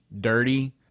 dirty